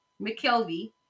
McKelvey